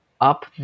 up